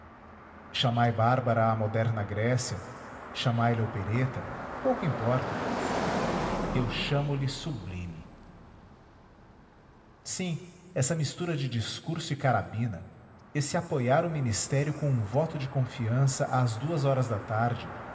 chamai bárbara à moderna grécia chamai lhe opereta pouco importa eu chamo-lhe sublime sim essa mistura de discurso e carabina esse apoiar o ministério com um voto de confiança às duas horas da tarde